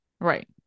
Right